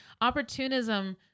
opportunism